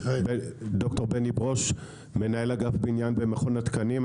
אני ד"ר בני ברוש, מנהל אגף בניין במכון התקנים.